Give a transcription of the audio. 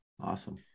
Awesome